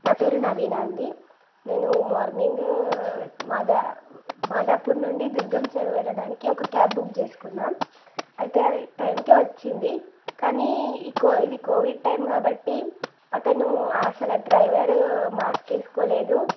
నా పేరు నవీన అండి నేను మార్నింగ్ మాదా మాధాపూర్ నుండి దుర్గం చెరువు వెళ్ళడానికి ఒక క్యాబ్ బుక్ చేసుకున్న అయితే అ టైమ్కే వచ్చింది కానీ ఇ కో ఇది కోవిడ్ టైమ్ కాబట్టి అతను అసలు ఆ డ్రైవరు మాస్క్ వేసుకోలేదు